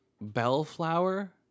Bellflower